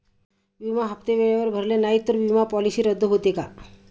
विमा हप्ते वेळेवर भरले नाहीत, तर विमा पॉलिसी रद्द होते का?